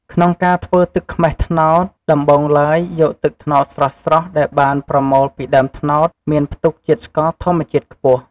ក្នុងការធ្វើទឹកខ្មេះត្នោត ដំបូងឡើយ យកទឹកត្នោតស្រស់ៗដែលបានប្រមូលពីដើមត្នោត មានផ្ទុកជាតិស្ករធម្មជាតិខ្ពស់។